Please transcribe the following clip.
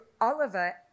Oliver